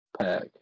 pack